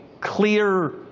clear